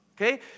Okay